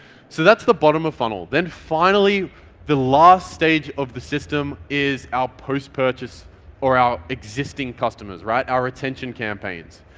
so that's the bottom of funnel. then finally the last stage of the system is our post purchase or our existing customers. our attention campaigns.